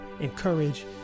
encourage